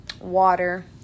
water